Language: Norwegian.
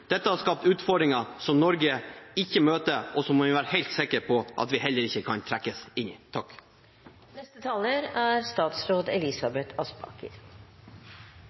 Dette har skapt utfordringer som Norge ikke møter, og som vi må være helt sikre på at vi heller ikke kan trekkes inn